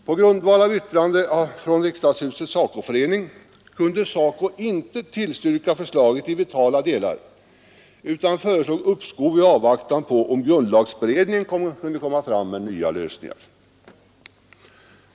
På grundval av yttrande från riksdagshusets SACO-förening kunde SACO inte tillstyrka förslaget i vitala delar utan föreslog uppskov i avvaktan på om grundlagberedningen skulle komma fram med nya lösningar.